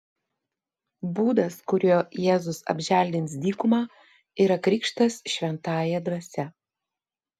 būdas kuriuo jėzus apželdins dykumą yra krikštas šventąja dvasia